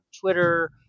Twitter